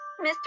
Mr